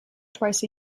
twice